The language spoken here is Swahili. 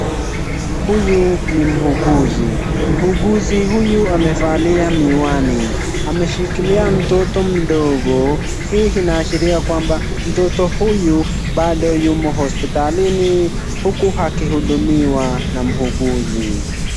Huyu ni muuguzi, muuguzi huyu amevalia miwani, ameshikilia mtoto mdogo. Hii inaashiria kwamba mtoto huyu bado yumo hospitalini huku akihudumiwa na muuguzi.